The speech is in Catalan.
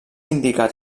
indicat